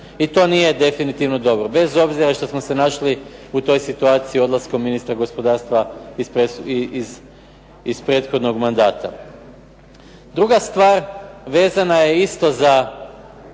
I to nije definitivno dobro bez obzira što smo se našli u toj situaciji odlaskom ministarstva gospodarstva iz prethodnog mandata. Druga stvar vezana je isto za